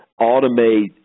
automate